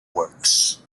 works